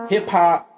Hip-hop